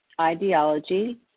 ideology